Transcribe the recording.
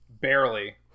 Barely